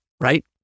right